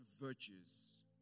virtues